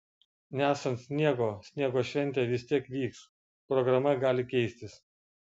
nesant sniego sniego šventė vis tiek vyks programa gali keistis